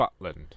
Butland